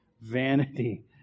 vanity